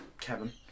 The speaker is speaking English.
Kevin